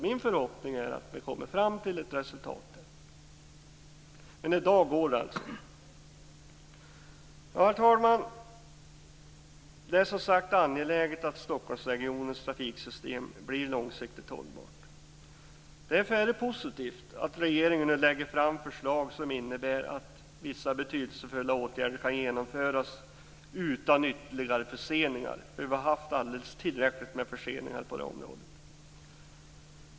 Min förhoppning är att vi kommer fram till ett bra resultat, men i dag går det alltså inte. Herr talman! Det är angeläget att Stockholmsregionens trafiksystem blir långsiktigt hållbart. Därför är det positivt att regeringen lägger fram ett förslag som innebär att vissa betydelsefulla åtgärder kan genomföras utan ytterligare förseningar - vi har haft alldeles tillräckligt med förseningar på det här området.